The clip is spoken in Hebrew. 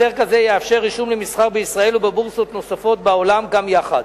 הסדר כזה יאפשר רישום למסחר בישראל ובבורסות נוספות בעולם גם יחד.